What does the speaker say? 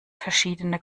verschiedene